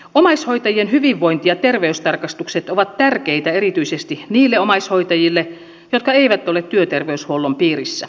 omaishoitajien hyvinvointi ja terveystarkastukset ovat tärkeitä erityisesti niille omaishoitajille jotka eivät ole työterveyshuollon piirissä